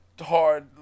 hard